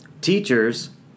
teachers